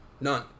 None